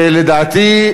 לדעתי,